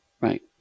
Right